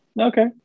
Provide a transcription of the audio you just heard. okay